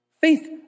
Faith